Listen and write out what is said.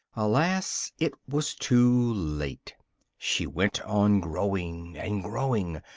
alas! it was too late she went on growing and growing,